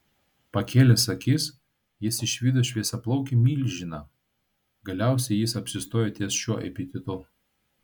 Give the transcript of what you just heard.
pakėlęs akis jis išvydo šviesiaplaukį milžiną galiausiai jis apsistojo ties šiuo epitetu